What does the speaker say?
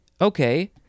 Okay